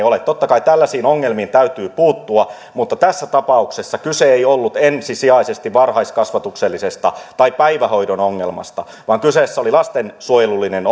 ole totta kai tällaisiin ongelmiin täytyy puuttua mutta tässä tapauksessa kyse ei ollut ensisijaisesti varhaiskasvatuksellisesta tai päivähoidon ongelmasta vaan kyseessä oli lastensuojelullinen